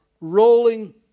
rolling